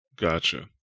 Gotcha